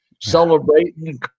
celebrating